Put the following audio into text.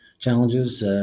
challenges